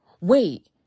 wait